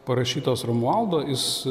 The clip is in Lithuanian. parašytas romualdo jis